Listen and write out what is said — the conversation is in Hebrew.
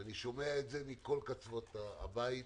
אני שומע את זה מכל קצוות הבית.